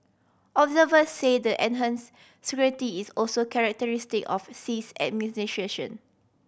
observer say the enhance scrutiny is also characteristic of Xi's